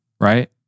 Right